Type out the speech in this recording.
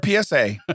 PSA